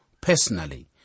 personally